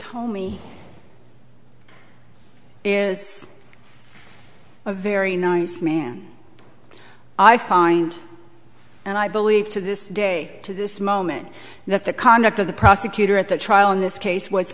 told me is a very nice man i find and i believe to this day to this moment that the conduct of the prosecutor at the trial in this case was